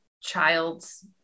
child's